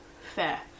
Fair